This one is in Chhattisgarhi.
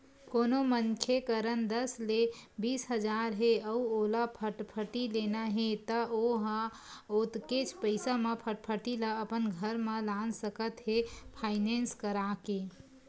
कोनो मनखे करन दस ले बीस हजार हे अउ ओला फटफटी लेना हे त ओ ह ओतकेच पइसा म फटफटी ल अपन घर म लान सकत हे फायनेंस करा के